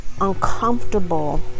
uncomfortable